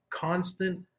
constant